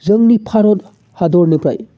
जोंनि भारत हादरनिफ्राय